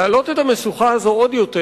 להעלות את המשוכה הזאת עוד יותר,